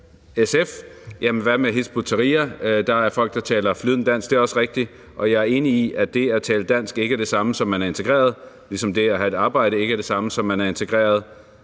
SF: Jamen hvad med Hizb ut-Tahrir? Der er der jo folk, der taler flydende dansk. Det er også rigtigt, og jeg er enig i, at det at tale dansk ikke er det samme, som at man er integreret, ligesom det at have et arbejde ikke er det samme, som at man er integreret.